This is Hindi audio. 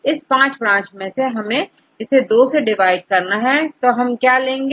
इस पांच ब्रांच से हम इसे दो में डिवाइड कर रहे हैं प्रत्येक में हमें क्या लेंगे